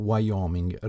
Wyoming